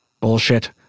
bullshit